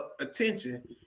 attention